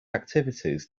activities